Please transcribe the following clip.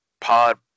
Pod